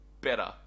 Better